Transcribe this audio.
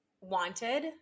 wanted